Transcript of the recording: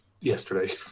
yesterday